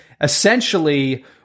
essentially